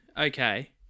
okay